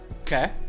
Okay